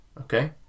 Okay